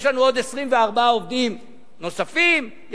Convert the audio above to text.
עוד 24 עובדים נוספים.